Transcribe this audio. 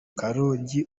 karongi